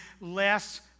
less